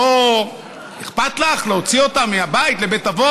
לא אכפת לך להוציא אותה מהבית לבית אבות?